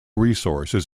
resources